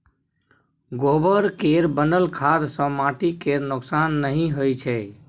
गोबर केर बनल खाद सँ माटि केर नोक्सान नहि होइ छै